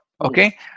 Okay